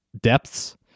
depths